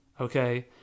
okay